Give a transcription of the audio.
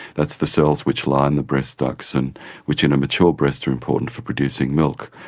that's the cells which line the breast ducts and which in a mature breast are important for producing milk.